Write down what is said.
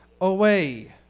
away